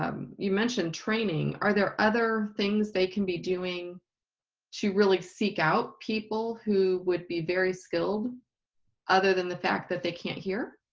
um you mentioned training, are there other things they can be doing to really seek out people who would be very skilled other than the fact that they can't hear?